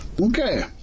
Okay